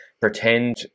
pretend